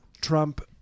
Trump